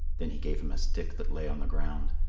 then he gave him a stick that lay on the ground,